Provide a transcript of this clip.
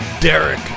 Derek